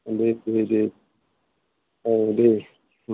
दे दे दे दे